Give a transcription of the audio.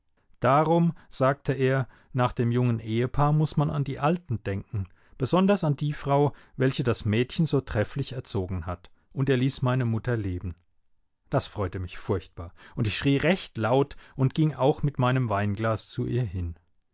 darum sagte er nach dem jungen ehepaar muß man an die alten denken besonders an die frau welche das mädchen so trefflich erzogen hat und er ließ meine mutter leben das freute mich furchtbar und ich schrie recht laut und ging auch mit meinem weinglas zu ihr hin